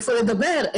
היכן לדבר,